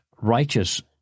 righteous